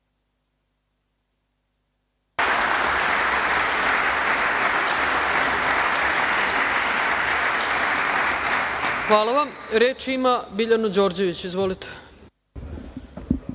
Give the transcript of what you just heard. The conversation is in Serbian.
Hvala vam. Reč ima Biljana Đorđević. Izvolite.